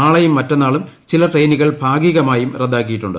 നാളെയും മറ്റന്നാളും ചില ട്രെയിനുകൾ ഭാഗികമായും റദ്ദാക്കിയിട്ടുണ്ട്